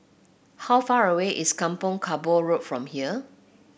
how far away is Kampong Kapor Road from here